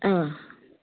অঁ